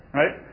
right